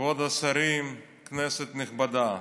כבוד השרים, כנסת נכבדה,